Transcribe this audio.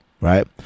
right